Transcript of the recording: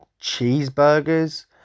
cheeseburgers